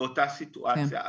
באותה סיטואציה?